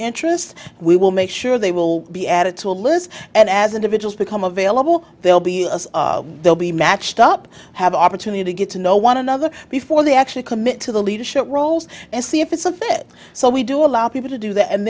interest we will make sure they will be added to a list and as individuals become available they'll be they'll be matched up have opportunity to get to know one another before they actually commit to the leadership roles and see if it's something that so we do allow people to do that and